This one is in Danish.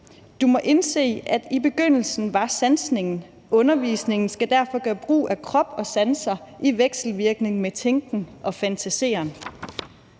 »Du må indse, at i begyndelsen var sansningen. Undervisningen skal derfor gøre brug af krop og sanser i vekselvirkning med tænken og fantaseren.«